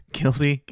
guilty